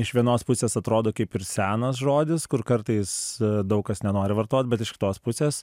iš vienos pusės atrodo kaip ir senas žodis kur kartais daug kas nenori vartot bet iš kitos pusės